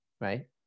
right